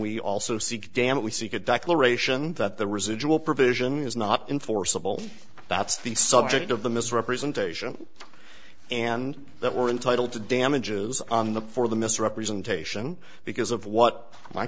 we also seek damage we seek a declaration that the residual provision is not enforceable that's the subject of the misrepresentation and that we're entitled to damages on the for the misrepresentation because of what my